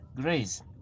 grace